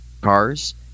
cars